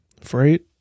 Freight